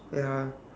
ya